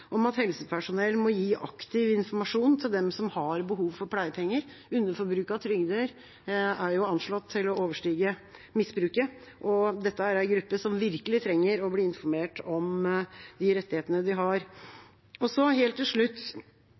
om at helsepersonell må gi aktiv informasjon til dem som har behov for pleiepenger. Underforbruk av trygder er jo anslått å overstige misbruket, og dette er en gruppe som virkelig trenger å bli informert om de rettighetene de har. Så helt til slutt: